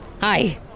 Hi